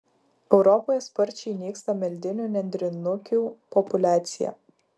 europoje sparčiai nyksta meldinių nendrinukių populiacija